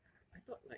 I I thought like